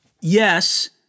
Yes